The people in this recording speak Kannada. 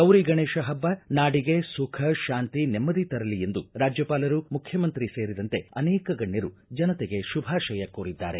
ಗೌರಿ ಗಣೇಶ ಹಬ್ಬ ನಾಡಿಗೆ ಸುಖ ಶಾಂತಿ ನೆಮ್ಮದಿ ತರಲಿ ಎಂದು ರಾಜ್ಯಪಾಲರು ಮುಖ್ಯಮಂತ್ರಿ ಸೇರಿದಂತೆ ಅನೇಕ ಗಣ್ಯರು ಜನತೆಗೆ ಶುಭಾಶಯ ಕೋರಿದ್ದಾರೆ